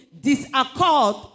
disaccord